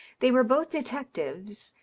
they were both detectives,